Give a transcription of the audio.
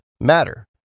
matter